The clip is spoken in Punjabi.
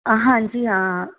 ਹਾਂਜੀ ਹਾਂ